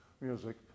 music